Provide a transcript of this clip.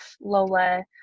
Lola